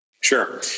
Sure